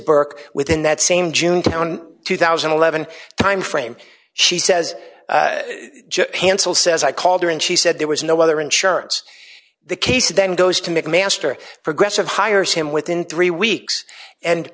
burke within that same june town two thousand and eleven timeframe she says cancel says i called her and she said there was no other insurance the case then goes to mcmaster progressive hires him within three weeks and